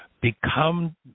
Become